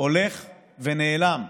הולך ונעלם.